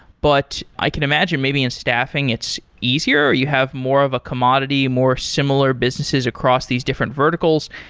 but i could imagine, maybe in staffing, it's easier, or you have more of a commodity, more similar businesses across these different verticals.